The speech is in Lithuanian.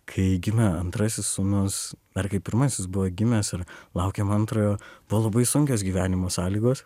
kai gimė antrasis sūnus ar kaip pirmasis buvo gimęs ar laukėm antrojo buvo labai sunkios gyvenimo sąlygos